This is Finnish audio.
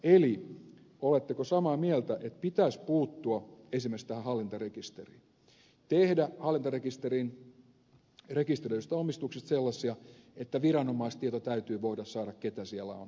eli oletteko samaa mieltä että pitäisi puuttua esimerkiksi tähän hallintarekisteriin tehdä hallintarekisteröidyistä omistuksista sellaisia että viranomaistieto täytyy voida saada keitä siellä on olemassa